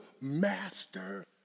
master